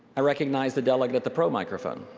i recognize the delegate at the pro microphone.